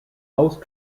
most